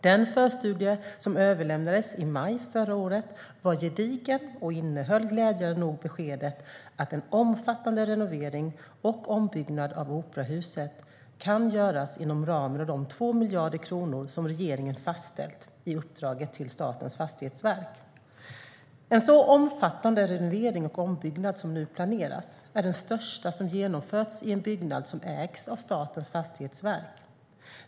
Den förstudie som överlämnades i maj förra året var gedigen och innehöll glädjande nog beskedet att en omfattande renovering och ombyggnad av operahuset kan göras inom ramen för de 2 miljarder kronor som regeringen har fastställt i uppdraget till Statens fastighetsverk. En så omfattande renovering och ombyggnad som nu planeras är den största som genomförts i en byggnad som ägs av Statens fastighetsverk.